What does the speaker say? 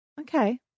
okay